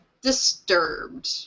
disturbed